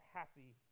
happy